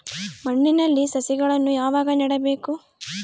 ಮಣ್ಣಿನಲ್ಲಿ ಸಸಿಗಳನ್ನು ಯಾವಾಗ ನೆಡಬೇಕು?